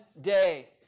day